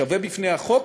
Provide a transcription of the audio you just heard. שווה בפני החוק,